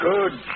Good